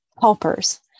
Helpers